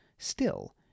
Still